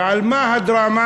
ועל מה הדרמה?